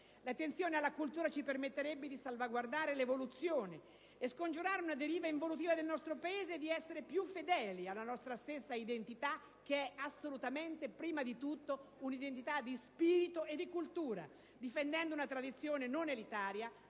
L'attenzione alla cultura ci permetterebbe di salvaguardare l'evoluzione, di scongiurare una deriva involutiva del nostro Paese e di essere più fedeli alla nostra stessa identità, che è assolutamente e prima di tutto di spirito e di cultura, difendendo una tradizione non elitaria